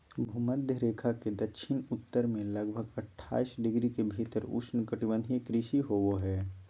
भूमध्य रेखा के दक्षिण उत्तर में लगभग अट्ठाईस डिग्री के भीतर उष्णकटिबंधीय कृषि होबो हइ